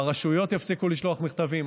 הרשויות יפסיקו לשלוח מכתבים,